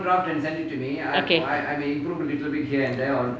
okay